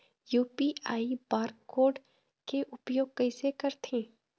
UPI bar code के उपयोग कैसे करथें?